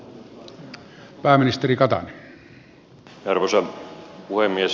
arvoisa puhemies